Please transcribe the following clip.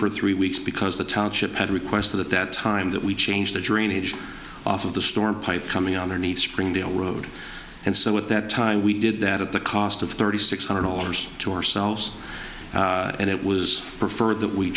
for three weeks because the township had requested at that time that we changed the drainage off of the storm pipe coming underneath springdale road and so at that time we did that at the cost of thirty six hundred dollars to ourselves and it was preferred that we